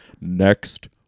next